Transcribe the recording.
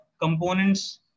components